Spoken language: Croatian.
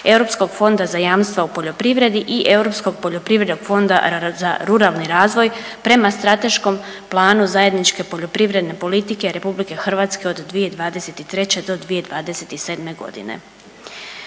Europskog fonda za jamstva u poljoprivredi i Europskog poljoprivrednog fonda za ruralni razvoj prema strateškom planu zajedničke poljoprivredne politike Republike Hrvatske od 2023. do 2027. godine.